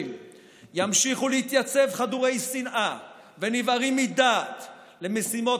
ימשיכו להתייצב חדורי שנאה ונבערים מדעת למשימות